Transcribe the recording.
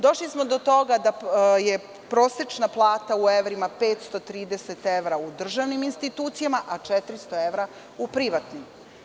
Došli smo do toga da je prosečna plata u evrima 530 evra u državnim institucijama, a 400 evra u privatnim.